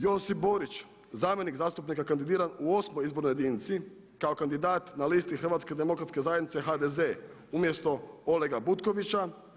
Josip Borić zamjenik zastupnika kandidiran u osmoj izbornoj jedinici kao kandidat na listi Hrvatske demokratske zajednice HDZ umjesto Olega Butkovića.